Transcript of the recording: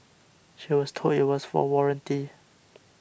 she was told it was for warranty